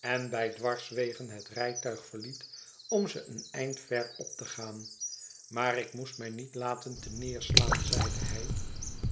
en bij dwarswegen het rijtuig verliet om ze een eind ver op te gaan maar ik moest mij niet laten ter neerslaan zeide hij